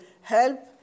help